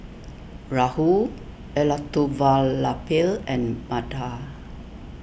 Rahul Elattuvalapil and Medha